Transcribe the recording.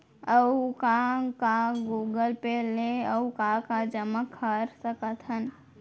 अऊ का का गूगल पे ले अऊ का का जामा कर सकथन?